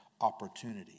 opportunity